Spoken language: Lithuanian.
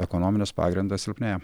ekonominis pagrindas silpnėja